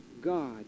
God